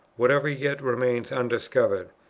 whatever yet remains undiscovered,